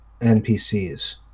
NPCs